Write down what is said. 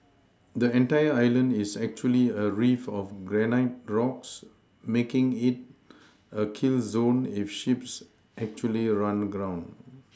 the entire island is actually a reef of granite rocks making it a kill zone if ships actually run aground